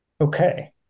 Okay